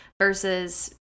versus –